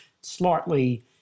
slightly